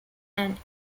and